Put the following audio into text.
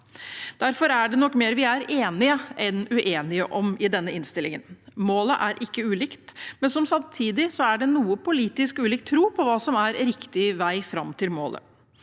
Derfor er det nok mer vi er enige enn uenige om i denne innstillingen. Målet er ikke ulikt, men samtidig er det noe ulik politisk tro på hva som er riktig vei fram til målet.